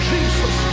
Jesus